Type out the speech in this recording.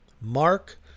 Mark